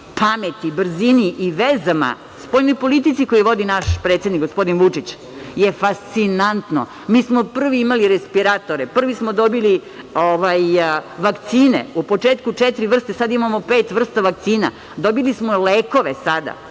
pameti, brzini i vezama, spoljnoj politici koju vodi naš predsednik gospodin Vučić, je fascinantno. Mi smo prvi imali respiratore, prvi smo dobili vakcine, u početku četiri vrste, sada imamo pet vrsta vakcina. Dobili smo lekove sada.